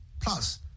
Plus